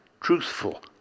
truthful